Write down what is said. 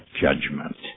judgment